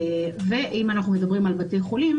אם אנחנו מדברים על בתי חולים,